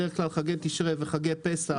בדרך כלל חגי תשרי וחגי פסח,